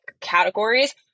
categories